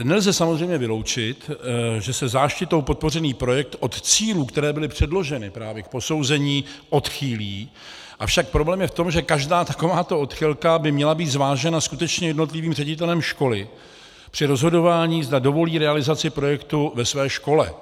Nelze samozřejmě vyloučit, že se záštitou podpořený projekt od cílů, které byly předloženy právě k posouzení, odchýlí, avšak problém je v tom, že každá takováto odchylka by měla být zvážena skutečně jednotlivým ředitelem školy při rozhodování, zda dovolí realizaci projektu ve své škole.